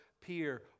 peer